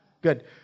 good